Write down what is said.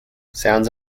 sounds